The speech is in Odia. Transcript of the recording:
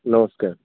ନମସ୍କାର